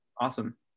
Awesome